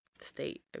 State